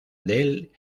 del